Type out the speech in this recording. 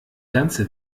ganze